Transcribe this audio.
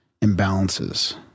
imbalances